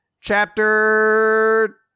chapter